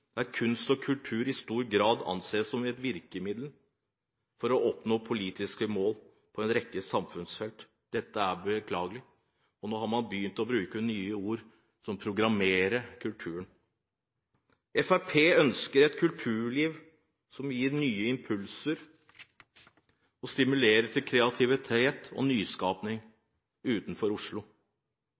der kunst og kultur i stor grad anses som et virkemiddel for å oppnå politiske mål på en rekke samfunnsfelt. Dette er beklagelig. Og nå har man begynt å bruke nye ord som å «programmere» kulturen. Fremskrittspartiet ønsker et kulturliv som gir nye impulser og stimulerer til kreativitet og nyskaping utenfor Oslo.